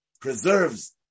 preserves